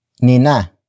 nina